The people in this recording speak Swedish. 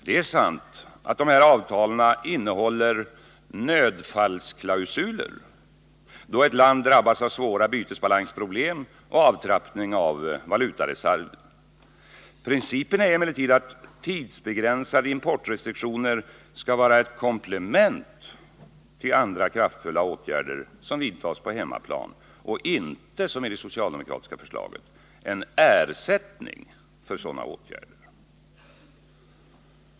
Det är sant att dessa avtal innehåller nödfallsklausuler, då ett land drabbas av svåra bytesbalansproblem och avtrappning av valutareserven. Principen är emellertid att tidsbegränsade importrestriktioner skall vara ett komplement till andra kraftfulla åtgärder som vidtas på hemmaplan och inte — som i det socialdemokratiska förslaget — en ersättning för sådana åtgärder.